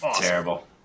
Terrible